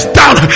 down